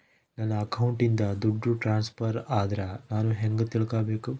ನನ್ನ ಅಕೌಂಟಿಂದ ದುಡ್ಡು ಟ್ರಾನ್ಸ್ಫರ್ ಆದ್ರ ನಾನು ಹೆಂಗ ತಿಳಕಬೇಕು?